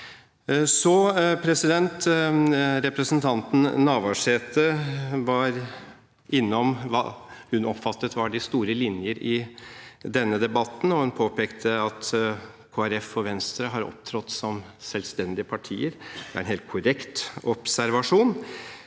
fra SV. Representanten Navarsete var innom det hun oppfattet var de store linjer i denne debatten, og hun påpekte at Kristelig Folkeparti og Venstre har opptrådt som selvstendige partier. Det er en helt korrekt observasjon.